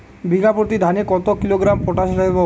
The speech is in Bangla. বিঘাপ্রতি ধানে কত কিলোগ্রাম পটাশ দেবো?